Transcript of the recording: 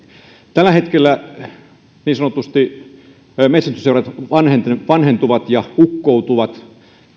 tällä hetkellä metsästysseurat niin sanotusti vanhentuvat vanhentuvat ja ukkoutuvat